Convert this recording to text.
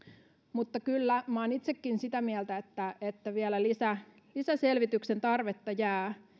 mutta kyllä minä olen itsekin sitä mieltä että että vielä lisäselvityksen tarvetta jää